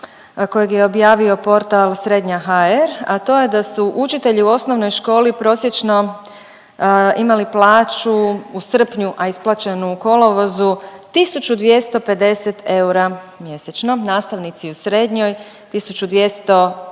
kojeg je objavio portal Srednja.hr, a to je da su učitelji u osnovnoj školi prosječno imali plaću u srpnju, a isplaćenu u kolovozu 1.250 eura mjesečno, nastavnici u srednjoj 1.287